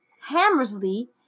Hammersley